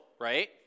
right